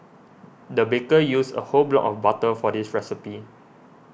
the baker used a whole block of butter for this recipe